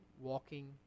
walking